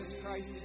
Christ